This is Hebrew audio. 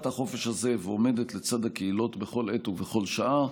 החופש הזה ועומדת לצד הקהילות בכל עת ובכל שעה.